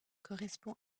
correspond